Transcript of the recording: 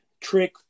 trick